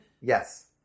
Yes